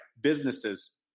Businesses